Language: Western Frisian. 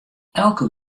elke